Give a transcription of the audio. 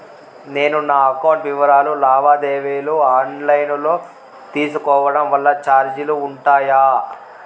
నేను నా అకౌంట్ వివరాలు లావాదేవీలు ఆన్ లైను లో తీసుకోవడం వల్ల చార్జీలు ఉంటాయా?